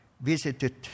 visited